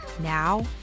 Now